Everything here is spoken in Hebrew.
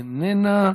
איננה.